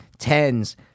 Tens